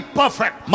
perfect